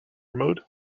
mode